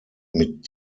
mit